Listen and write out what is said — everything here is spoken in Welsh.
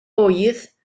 ŵydd